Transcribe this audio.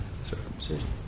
circumcision